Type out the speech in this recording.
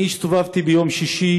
אני הסתובבתי ביום שישי